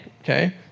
okay